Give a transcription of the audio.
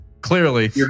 Clearly